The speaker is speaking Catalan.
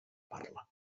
parla